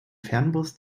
fernbus